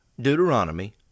Deuteronomy